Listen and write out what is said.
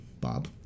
Bob